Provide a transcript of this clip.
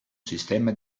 sistema